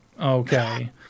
okay